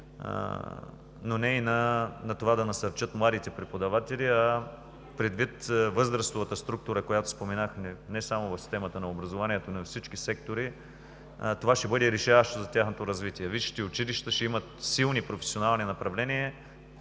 но не и на това да насърчат младите преподаватели, а предвид възрастовата структура, която споменахме не само в системата на образованието, но и във всички сектори, това ще бъде решаващо за тяхното развитие. След 20 години висшите училища ще имат силни професионални направления